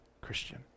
Christian